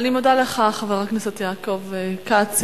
אני מודה לך, חבר הכנסת יעקב כץ.